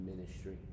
ministry